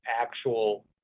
actual